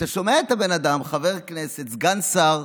אתה שומע את הבן אדם, חבר כנסת, סגן שר,